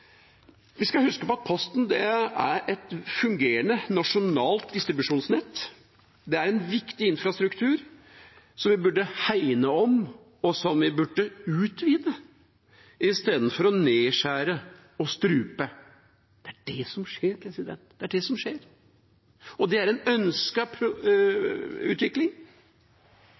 Vi skal huske på at Posten er et fungerende nasjonalt distribusjonsnett. Det er en viktig infrastruktur som vi burde hegne om og utvide i stedet for å nedskjære og strupe. Det er det som skjer. Det er det som skjer, og det er en ønsket utvikling.